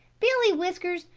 billy whiskers,